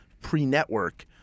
pre-network